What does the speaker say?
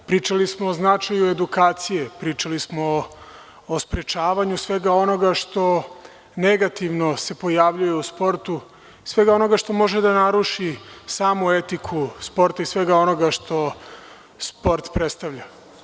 Pričali smo o značaju edukacije, pričali smo o sprečavanju svega onoga što negativno se pojavljuje u sportu, svega onoga što može da naruši samu etiku sporta i svega onoga što sport predstavlja.